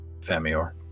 Famior